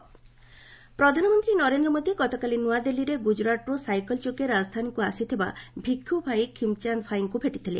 PM Khimchand ପ୍ରଧାନମନ୍ତ୍ରୀ ନରେନ୍ଦ୍ର ମୋଦି ଗତକାଲି ନୂଆଦିଲ୍ଲୀରେ ଗୁଜୁରାଟରୁ ସାଇକଲ ଯୋଗେ ରାଜଧାନୀକୁ ଆସିଥିବା ଭିକ୍ଷୁଭାଇ ଖିମ୍ଚାନ୍ଦ ଭାଇଙ୍କୁ ଭେଟିଥିଲେ